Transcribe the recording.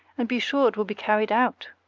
and be sure it will be carried out!